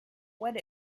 what